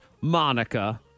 Monica